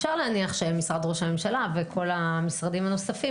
אפשר להניח שמשרד ראש הממשלה וכל המשרדים הנוספים